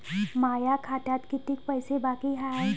माया खात्यात कितीक पैसे बाकी हाय?